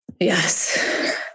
Yes